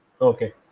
Okay